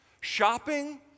shopping